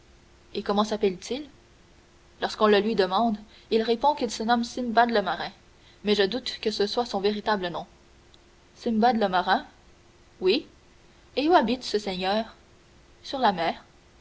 et comment s'appelle-t-il lorsqu'on le lui demande il répond qu'il se nomme simbad le marin mais je doute que ce soit son véritable nom simbad le marin oui et où habite ce seigneur sur la mer